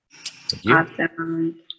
Awesome